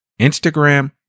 Instagram